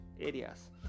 areas